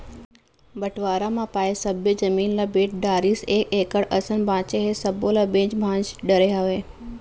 बंटवारा म पाए सब्बे जमीन ल बेच डारिस एक एकड़ असन बांचे हे सब्बो ल बेंच भांज डरे हवय